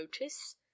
notice